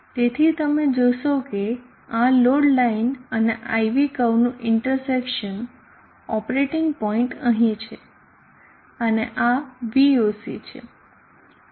તેથી તમે જોશો કે આ લોડ લાઇન અને IV કર્વ નું ઇન્ટરસેક્શન ઓપરેટિંગ પોઈન્ટ અહીં છે અને આ VOC છે